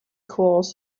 corps